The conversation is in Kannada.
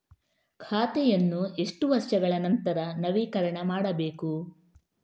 ಖಾತೆಯನ್ನು ಎಷ್ಟು ವರ್ಷಗಳ ನಂತರ ನವೀಕರಣ ಮಾಡಬೇಕು?